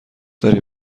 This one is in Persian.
داری